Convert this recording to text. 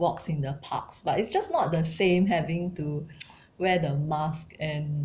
walks in the parks but it's just not the same having to wear the mask and